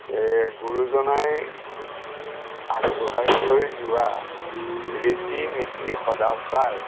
এহ গুৰুজনাই আগবঢ়াই থৈ যোৱা ৰীতি নীতি সদাচাৰ